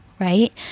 right